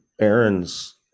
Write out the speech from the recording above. Aaron's